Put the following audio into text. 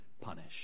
punish